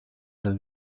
dal